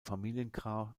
familiengrab